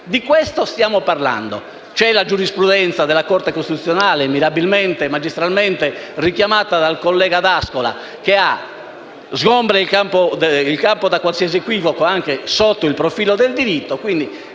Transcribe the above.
Di questo stiamo parlando. C'è poi la giurisprudenza della Corte costituzionale, mirabilmente e magistralmente richiamata dal collega D'Ascola, che sgombra il campo da qualsiasi equivoco, anche sotto il profilo del diritto.